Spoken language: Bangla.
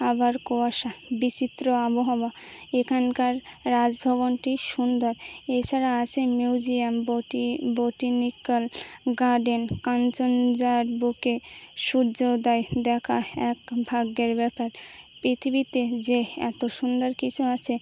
আবার কুয়াশা বিচিত্র আবহাওয়া এখানকার রাজভবনটি সুন্দর এছাড়া আছে মিউজিয়াম বটি বটানিক্যাল গার্ডেন কাঞ্চনজার বুকে সূর্যোদয় দেখা এক ভাগ্যের ব্যাপার পৃথিবীতে যে এত সুন্দর কিছু আছে